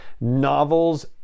novels